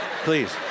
please